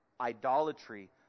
idolatry